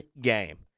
game